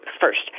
first